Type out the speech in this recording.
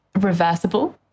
Reversible